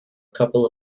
couple